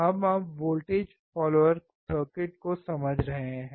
हम अब voltage follower circuit को समझ रहे हैं